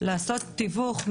לעשות תיווך,